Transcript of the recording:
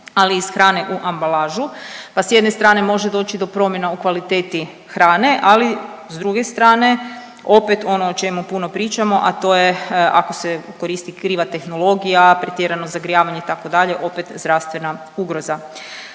ali iz hrane u ambalažu pa s jedne strane može doći do promjena u kvaliteti hrane, ali s druge strane opet ono o čemu puno pričamo, a to je ako se koristi kriva tehnologija, pretjerano zagrijavanje itd. opet zdravstvena ugroza.